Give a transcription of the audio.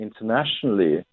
internationally